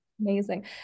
Amazing